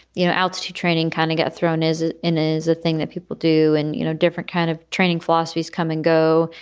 you know, altitude training kind of get thrown. is it is a thing that people do and, you know, different kind of training philosophies come and go.